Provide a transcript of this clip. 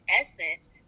essence